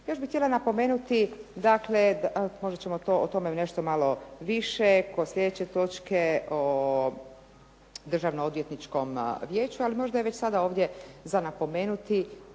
Još bih htjela napomenuti dakle, možda ćemo tome nešto malo više kod sljedeće točke o državno odvjetničkom vijeću ali možda je sada ovdje za napomenuti